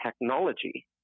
technology